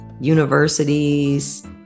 universities